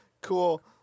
Cool